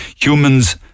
Humans